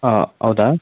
ಹಾಂ ಹೌದಾ